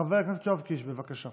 חבר הכנסת יואב קיש, בבקשה.